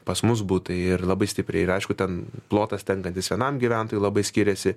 pas mus butai ir labai stipriai ir aišku ten plotas tenkantis vienam gyventojui labai skiriasi